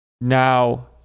now